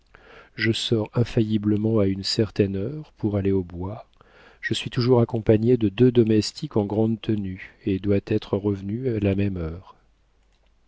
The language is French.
je sors infailliblement à une certaine heure pour aller au bois je suis toujours accompagnée de deux domestiques en grande tenue et dois être revenue à la même heure